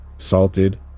salted